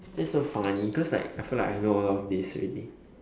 this is so funny cause like I feel like I know a lot of this already